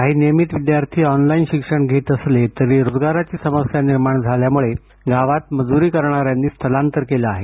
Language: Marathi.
काही नियमित विद्यार्थी ऑनलाइन शिक्षण घेत असले तरी रोजगाराची समस्या निर्माण झाल्यामुळे गावात मजुरी करणाऱ्यांनी स्थलांतर केलं आहे